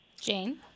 Jane